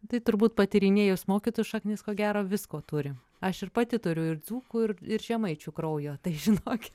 tai turbūt patyrinėjus mokytų šaknis ko gero visko turi aš ir pati turiu ir dzūkų ir ir žemaičių kraujo tai žinokit